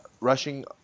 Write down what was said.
rushing